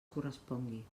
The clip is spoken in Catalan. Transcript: correspongui